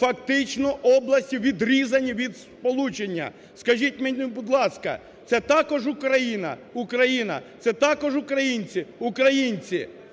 фактично області відрізані від сполучення. Скажіть мені, будь ласка, це також Україна? Україна. Це також українці? Українці.